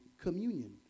communion